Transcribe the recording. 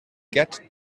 get